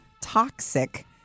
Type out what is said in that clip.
Toxic